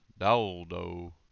Daldo